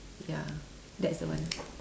ya that's the one